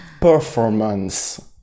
performance